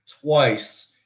twice